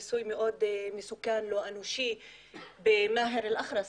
ניסוי מאוד מסוכן ולא אנושי במאהר אל אח'רס,